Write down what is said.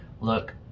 look